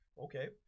Okay